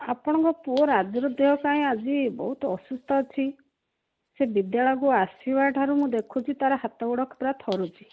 ଆପଣଙ୍କ ପୁଅ ରାଜୁର ଦେହ କାହିଁକି ଆଜି ବହୁତ ଅସୁସ୍ଥ ଅଛି ସେ ବିଦ୍ୟାଳୟକୁ ଆସିବା ଠାରୁ ମୁଁ ଦେଖୁଛି ତାର ହାତ ଗୋଡ଼ ପୁରା ଥରୁଛି